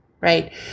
right